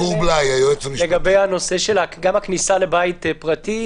גם לגבי הכניסה לבית פרטי,